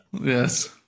Yes